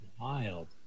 wild